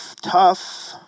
tough